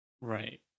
Right